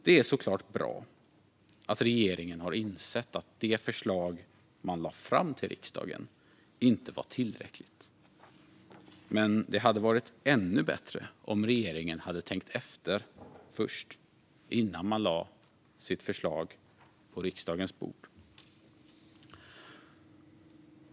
Det är såklart bra att regeringen har insett att det förslag den lade fram till riksdagen inte var tillräckligt, men det hade varit ännu bättre om regeringen hade tänkt efter innan den lade sina förslag på riksdagens bord.